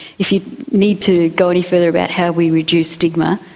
if you need to go any further about how we reduce stigma,